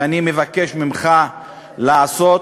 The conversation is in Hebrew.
שאני מבקש ממך לעשות,